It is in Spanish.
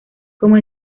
como